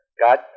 God